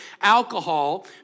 alcohol